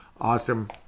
Awesome